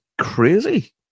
crazy